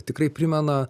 tikrai primena